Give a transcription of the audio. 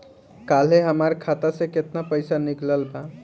काल्हे हमार खाता से केतना पैसा निकलल बा?